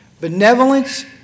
Benevolence